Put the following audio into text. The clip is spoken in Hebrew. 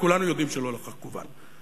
וכולנו יודעים שלא לכך כוון,